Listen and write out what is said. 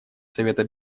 совета